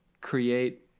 create